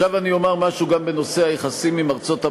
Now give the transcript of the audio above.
עכשיו אני אומר משהו גם בנושא היחסים עם ארצות-הברית,